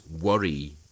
worry